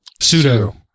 Pseudo